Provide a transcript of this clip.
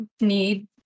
need